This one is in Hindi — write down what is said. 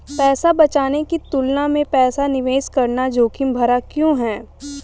पैसा बचाने की तुलना में पैसा निवेश करना जोखिम भरा क्यों है?